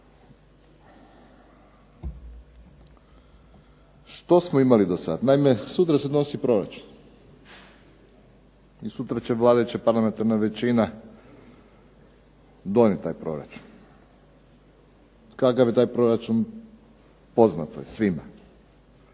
Što smo imali dosad? Naime, sutra se donosi proračun i sutra će vladajuća parlamentarna većina donijeti taj proračun. Kakav je taj proračun poznato je svima,